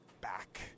back